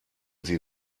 sie